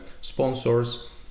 sponsors